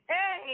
Hey